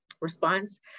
response